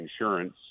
insurance